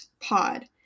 pod